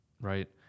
right